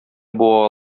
буа